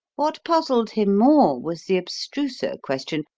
what puzzled him more was the abstruser question,